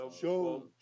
show